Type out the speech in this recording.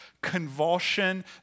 convulsion